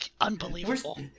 unbelievable